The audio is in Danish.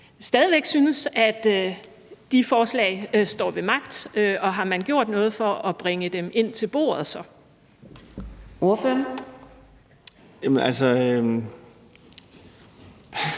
stadig væk synes, at de forslag står ved magt, og om man har gjort noget for at bringe dem med ind til bordet.